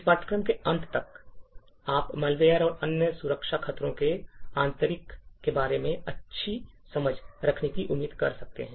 इस पाठ्यक्रम के अंत तक आप मैलवेयर और अन्य सुरक्षा खतरों के आंतरिक के बारे में अच्छी समझ रखने की उम्मीद कर सकते हैं